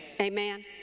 Amen